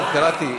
עכשיו קראתי.